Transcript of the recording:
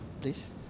please